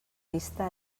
vista